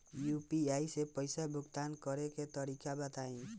UPI से पईसा भुगतान करे के तरीका बताई?